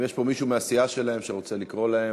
אם יש פה מישהו מהסיעה שלהם שרוצה לקרוא להם,